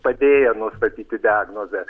padėję nustatyti diagnozę